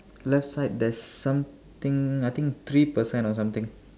left side there's something I think three person or something